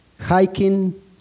hiking